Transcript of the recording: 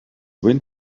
wind